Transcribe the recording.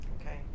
okay